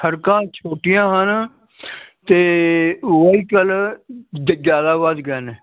ਸੜਕਾਂ ਛੋਟੀਆਂ ਹਨ ਅਤੇ ਵਹੀਕਲ ਜ਼ਿਆਦਾ ਵੱਧ ਗਏ ਨੇ